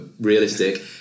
realistic